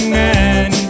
man